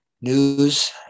news